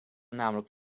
namelijk